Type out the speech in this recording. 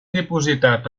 dipositat